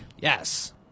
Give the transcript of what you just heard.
Yes